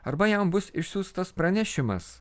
arba jam bus išsiųstas pranešimas